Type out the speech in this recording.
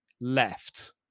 left